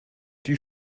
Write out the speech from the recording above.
die